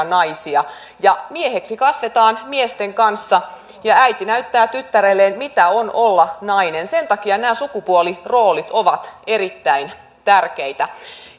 naisia ja mieheksi kasvetaan miesten kanssa ja äiti näyttää tyttärelleen mitä on olla nainen sen takia nämä sukupuoliroolit ovat erittäin tärkeitä